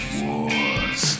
wars